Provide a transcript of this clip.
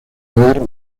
haber